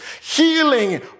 healing